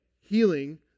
healing